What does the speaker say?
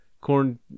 Corn